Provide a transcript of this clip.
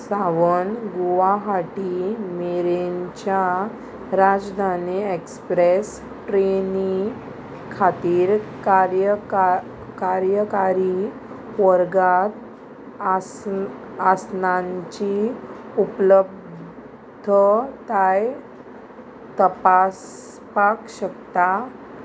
सावन गुवाहटी मेरेनच्या राजधानी एक्सप्रेस ट्रेनी खातीर कार्यका कार्यकारी वर्गांत आस आसनांची उपलब्धताय तपासपाक शकता